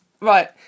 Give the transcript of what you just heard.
right